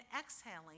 exhaling